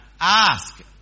ask